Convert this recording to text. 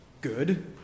good